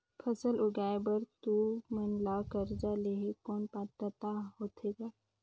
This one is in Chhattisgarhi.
फसल उगाय बर तू मन ला कर्जा लेहे कौन पात्रता होथे ग?